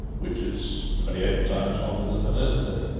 which is twenty eight times longer than an earth day.